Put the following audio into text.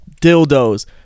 Dildos